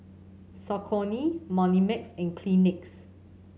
Saucony Moneymax and Kleenex